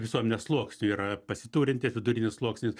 visuomenės sluoksnių yra pasiturintis vidurinis sluoksnis